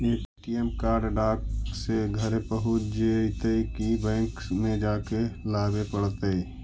ATM card डाक से घरे पहुँच जईतै कि बैंक में जाके लाबे पड़तै?